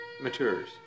matures